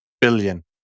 billion